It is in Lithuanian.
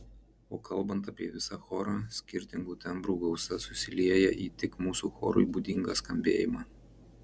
o kalbant apie visą chorą skirtingų tembrų gausa susilieja į tik mūsų chorui būdingą skambėjimą